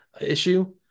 issue